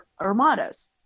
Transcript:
Armadas